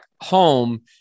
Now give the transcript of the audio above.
home